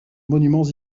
monuments